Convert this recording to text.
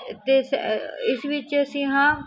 ਅਤੇ ਇਸ ਇਸ ਵਿੱਚ ਅਸੀਂ ਹਾਂ